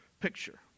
picture